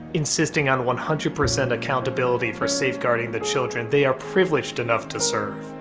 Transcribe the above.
insisting on one hundred percent accountability for safeguarding the children they are privileged enough to serve.